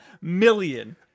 million